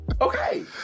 Okay